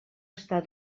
està